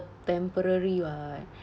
temporary [what]